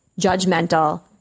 judgmental